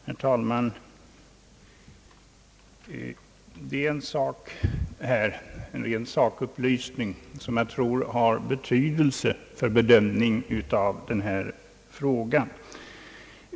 Herr talman! Jag vill ge en sakupplysning, som jag tror har betydelse för bedömningen av denna fråga.